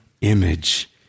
image